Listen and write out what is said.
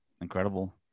incredible